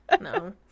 no